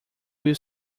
will